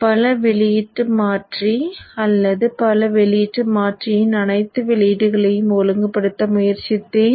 பல வெளியீட்டு மாற்றி அல்லது பல வெளியீட்டு மாற்றியின் அனைத்து வெளியீடுகளையும் ஒழுங்குபடுத்த முயற்சித்தேன்